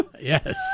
Yes